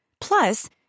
Plus